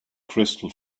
crystal